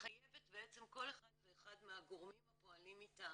מחייבת כל אחד ואחד מהגורמים הפועלים מטעמה,